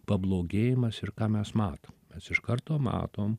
pablogėjimas ir ką mes matom mes iš karto matom